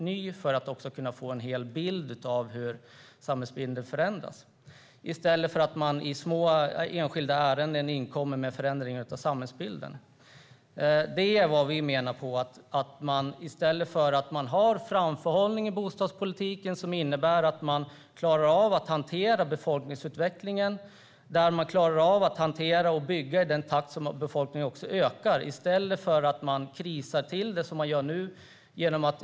På så sätt kan man få en hel bild av hur samhällsbilden förändras i stället för att förändringar av samhällsbilden inkommer i små enskilda ärenden. Vi menar att ni i stället för att ha framförhållning i bostadspolitiken nu krisar till det. Framförhållning innebär att man klarar av att hantera befolkningsutvecklingen och att bygga i takt med att befolkningen ökar.